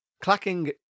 Clacking